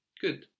Good